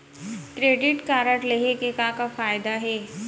Credit card लेहे के का का फायदा हे?